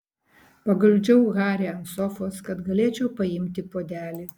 paguldžiau harį ant sofos kad galėčiau paimti puodelį